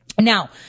Now